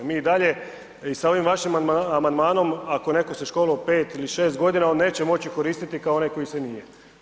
Mi i dalje i sa ovim vašim amandmanom ako netko se školovao 5 ili 6 godina on neće moći koristiti kao onaj koji se nije.